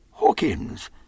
Hawkins